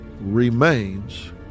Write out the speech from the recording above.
remains